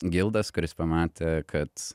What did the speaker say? gildas kuris pamatė kad